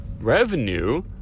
revenue